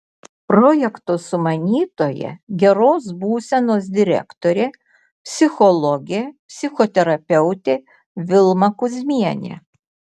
projekto sumanytoja geros būsenos direktorė psichologė psichoterapeutė vilma kuzmienė